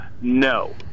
no